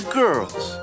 girls